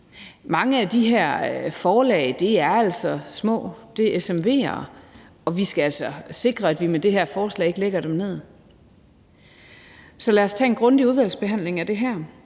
Mange af de her forlag er altså små, det er SMV'er, og vi skal altså sikre, at vi med det her forslag ikke lægger dem ned. Så lad os tage en grundig udvalgsbehandling af det her,